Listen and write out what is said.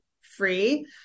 free